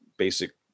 Basic